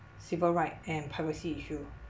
civil right and privacy issue